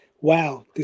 wow